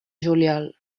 juliol